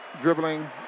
dribbling